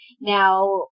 Now